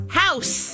house